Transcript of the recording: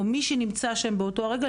או מי שנמצא שם באותו רגע,